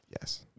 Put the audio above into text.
Yes